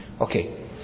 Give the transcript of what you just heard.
Okay